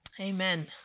Amen